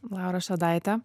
laura švedaite